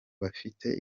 bafite